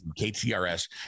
KTRS